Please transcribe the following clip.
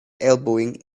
elbowing